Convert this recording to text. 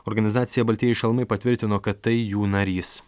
organizacija baltieji šalmai patvirtino kad tai jų narys